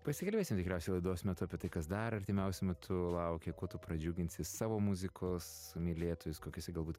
pasikalbėsim tikriausiai laidos metu apie tai kas dar artimiausiu metu laukia kuo tu pradžiuginsi savo muzikos mylėtojus kokiuose galbūt